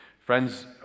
Friends